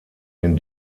den